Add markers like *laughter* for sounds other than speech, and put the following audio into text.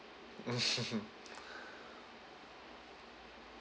*laughs* *breath*